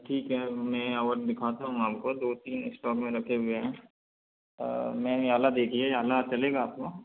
ठीक है मैं और दिखाता हूँ आपको दो तीन स्टॉक में रखे हुए हैं मैम यह वाला देखिए यह वाला चलेगा आपको